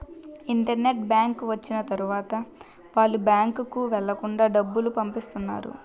internet bank వచ్చిన తర్వాత వాళ్ళు బ్యాంకుకు వెళ్లకుండా డబ్బులు పంపిత్తన్నారు